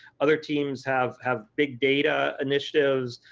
other teams have have big data initiatives,